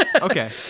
okay